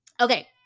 Okay